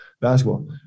basketball